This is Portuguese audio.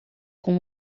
com